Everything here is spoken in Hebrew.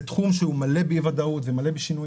זה תחום שהוא מלא באי ודאות ומלא בשינויים,